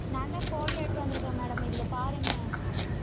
நான் தான் ஃபோட்டோ எடுத்து வந்திருக்கேன் மேடம் இதில் பாருங்கள் கரெக்டாக